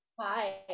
Hi